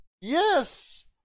Yes